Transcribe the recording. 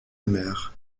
mère